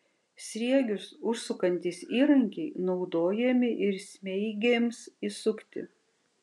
sriegius užsukantys įrankiai naudojami ir smeigėms įsukti